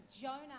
Jonah